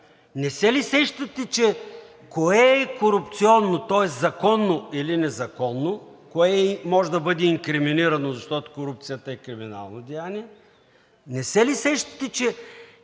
Не се ли сещате, че кое е корупционно, тоест законно или незаконно, кое може да бъде инкриминирано, защото корупцията е криминално деяние, не се ли сещате, че